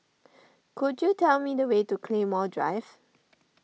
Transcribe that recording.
could you tell me the way to Claymore Drive